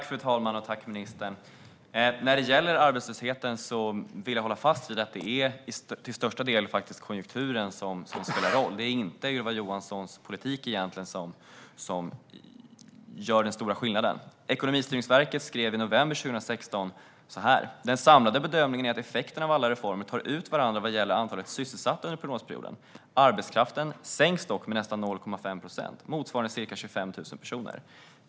Fru talman! Tack, ministern! När det gäller arbetslösheten vill jag hålla fast vid att det till största delen faktiskt är konjunkturen som spelar roll. Det är egentligen inte Ylva Johanssons politik som gör den stora skillnaden. Ekonomistyrningsverket skrev i november 2016 så här: Den samlade bedömningen är att effekterna av alla reformer tar ut varandra vad gäller antalet sysselsatta under prognosperioden. Arbetskraften sänks dock med nästan 0,5 procent, motsvarande ca 25 000 personer.